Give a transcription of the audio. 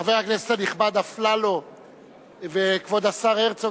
חבר הכנסת הנכבד אפללו וכבוד השר הרצוג,